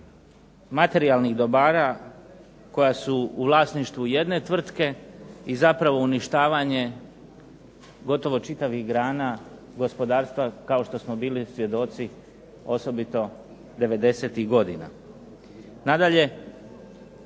materijalnih dobara koja su u vlasništvu jedne tvrtke i zapravo uništavanje gotovo čitavih grana gospodarstva kao što smo bili svjedoci osobito '90.-ih godina. Ova